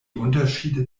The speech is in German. unterschiede